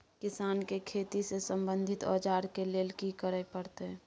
किसान के खेती से संबंधित औजार के लेल की करय परत?